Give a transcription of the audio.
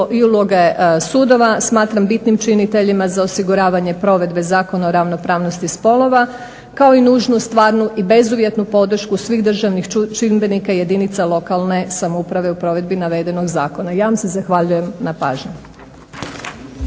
i uloge sudova smatram bitnim činiteljima za osiguravanje provedbe Zakona o ravnopravnosti spolova kao i nužnu stvarnu i bezuvjetnu podršku svih državni čimbenika i jedinica lokalne samouprave u provedbi navedenog zakona. Ja vam se zahvaljujem na pažnji.